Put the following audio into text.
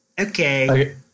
Okay